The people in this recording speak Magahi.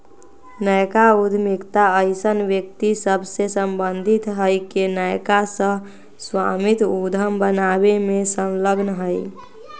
नयका उद्यमिता अइसन्न व्यक्ति सभसे सम्बंधित हइ के नयका सह स्वामित्व उद्यम बनाबे में संलग्न हइ